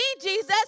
Jesus